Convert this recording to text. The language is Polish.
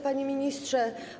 Panie Ministrze!